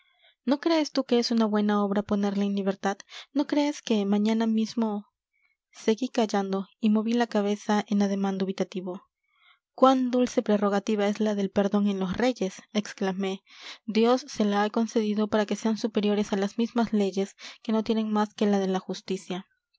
no crees tú que es una buena obra ponerle en libertad no crees que mañana mismo seguí callando y moví la cabeza en ademán dubitativo cuán dulce prerrogativa es la del perdón en los reyes exclamé dios se la ha concedido para que sean superiores a las mismas leyes que no tienen más que la de la justicia